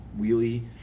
wheelie